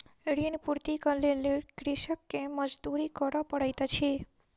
ऋण पूर्तीक लेल कृषक के मजदूरी करअ पड़ैत अछि